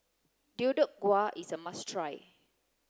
deodeok gui is a must try